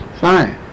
fine